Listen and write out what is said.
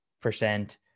percent